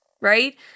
Right